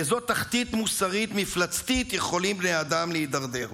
לאיזו תחתית מוסרית מפלצתית יכולים בני אדם להידרדר.